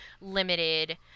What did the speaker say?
limited